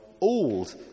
old